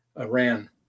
Iran